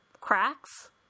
cracks